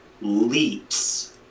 leaps